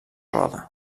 roda